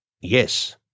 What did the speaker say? Yes